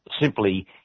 simply